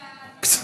שיזוף.